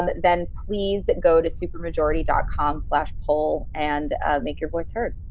then please go to supermajority dot com slash poll and make your voice heard.